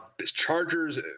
Chargers